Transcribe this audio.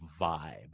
vibe